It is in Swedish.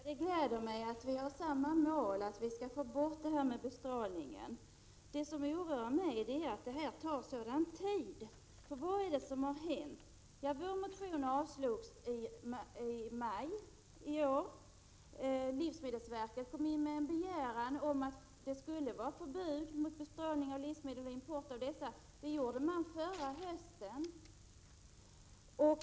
Herr talman! Det gläder mig att vi har samma mål, nämligen att få bort bestrålningen. Det som oroar mig är att det tar så lång tid. Vad är det som har hänt? Jo, vår motion avslogs i maj i år. Livsmedelsverket kom in med en begäran om förbud mot bestrålning av livsmedel och import av bestrålade livsmedel förra hösten.